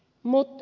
ukkolakin